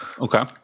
Okay